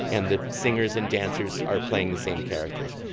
and the singers and dancers are playing the same characters.